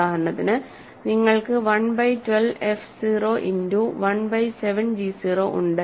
ഉദാഹരണത്തിന് നിങ്ങൾക്ക് 1 by 12 F 0 into 1 by 7 g 0 ഉണ്ട്